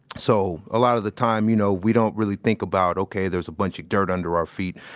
so, a lot of the time, you know we don't really think about, ok, there's a bunch of dirt under our feet.